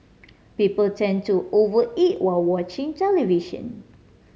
people tend to over eat while watching television